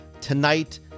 tonight